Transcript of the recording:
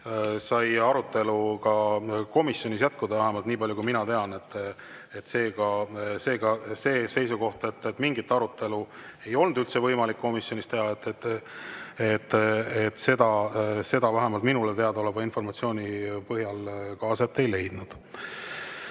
sai arutelu komisjonis jätkuda, vähemalt nii palju, kui mina tean. Seega see seisukoht, et mingit arutelu ei olnud üldse võimalik komisjonis pidada, vähemalt minule teadaoleva informatsiooni põhjal [ei vasta tõele].